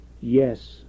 yes